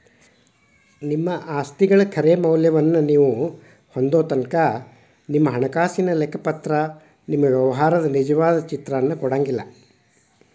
ನಿಮ್ಮ ಆಸ್ತಿಗಳ ಖರೆ ಮೌಲ್ಯವನ್ನ ನೇವು ಹೊಂದೊತನಕಾ ನಿಮ್ಮ ಹಣಕಾಸಿನ ಲೆಕ್ಕಪತ್ರವ ನಿಮ್ಮ ವ್ಯವಹಾರದ ನಿಜವಾದ ಚಿತ್ರಾನ ಕೊಡಂಗಿಲ್ಲಾ